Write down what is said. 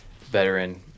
veteran